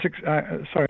sorry